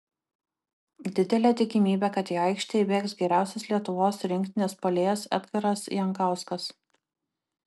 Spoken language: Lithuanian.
didelė tikimybė kad į aikštę įbėgs geriausias lietuvos rinktinės puolėjas edgaras jankauskas